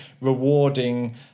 rewarding